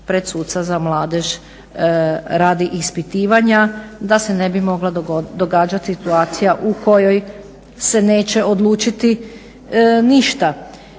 pred suca za mladež radi ispitivanja da se mogla dogoditi situacija u kojoj se neće odlučiti ništa